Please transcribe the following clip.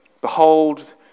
Behold